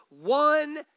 one